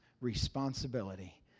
responsibility